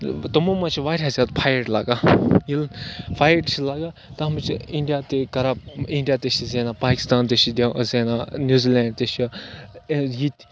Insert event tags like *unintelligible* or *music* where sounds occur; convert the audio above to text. تِمو منٛز چھِ واریاہ زیادٕ پھایٹ لَگان ییٚلہِ فایٹ چھِ لَگان تَتھ منٛز چھِ اِنڈیا تہِ کَران اِنڈیا تہِ چھِ زینان پاکِستان تہِ چھِ دِ زینان نِو زِلینٛڈ تہِ چھِ *unintelligible* یہِ تہِ